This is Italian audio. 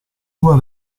sua